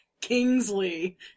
Kingsley